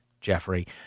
Jeffrey